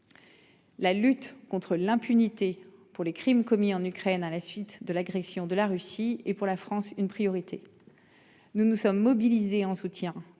La lutte contre l'impunité pour les crimes commis en Ukraine à la suite de l'agression de la Russie et pour la France une priorité. Nous nous sommes mobilisés en soutien,